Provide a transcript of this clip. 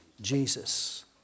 Jesus